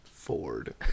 ford